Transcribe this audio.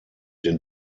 den